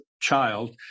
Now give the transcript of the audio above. child